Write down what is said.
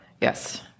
Yes